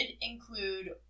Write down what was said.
include